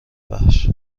وحش